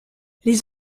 les